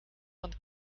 von